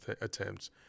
attempts